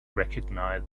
recognize